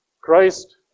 Christ